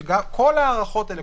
כשכל ההארכות האלה,